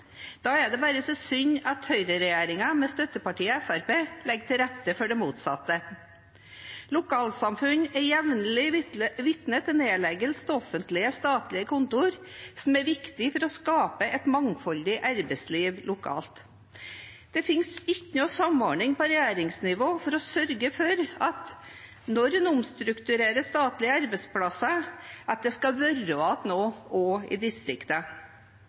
støttepartiet Fremskrittspartiet legger til rette for det motsatte. Lokalsamfunn er jevnlig vitne til nedleggelse av offentlige, statlige kontor som er viktige for å skape et mangfoldig arbeidsliv lokalt. Det finnes ikke noen samordning på regjeringsnivå for å sørge for at når en omstrukturerer statlige arbeidsplasser, skal det være noe igjen også i